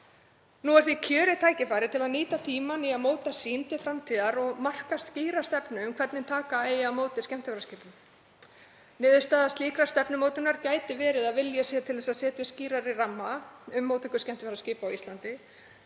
Nú er því kjörið tækifæri til að nýta tímann í að móta sýn til framtíðar og marka skýra stefnu um það hvernig taka skuli á móti skemmtiferðaskipum. Niðurstaða slíkrar stefnumótunar gæti verið að vilji sé til að setja skýrari ramma um móttöku skemmtiferðaskipa á Íslandi